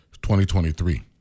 2023